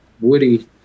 Woody